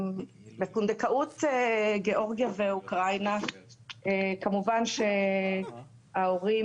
בפונדקאות בגיאורגיה ואוקראינה כמובן שההורים